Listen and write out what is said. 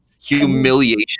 humiliation